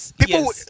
people